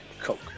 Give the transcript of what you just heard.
Coke